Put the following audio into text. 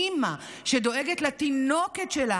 אימא שדואגת לתינוקת שלה,